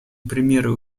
примеры